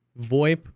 VoIP